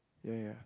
ya ya